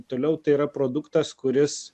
toliau tai yra produktas kuris